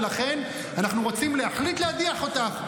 ולכן אנחנו רוצים להחליט להדיח אותך.